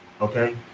okay